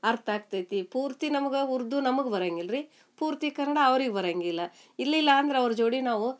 ಅರ್ಥ ಆಗ್ತೈತಿ ಪೂರ್ತಿ ನಮಗೆ ಉರ್ದು ನಮಗ್ ಬರಂಗಿಲ್ಲ ರೀ ಪೂರ್ತಿ ಕನ್ನಡ ಅವ್ರಿಗೆ ಬರೋಂಗಿಲ್ಲ ಇರ್ಲಿಲ್ಲ ಅಂದ್ರೆ ಅವ್ರ ಜೋಡಿ ನಾವು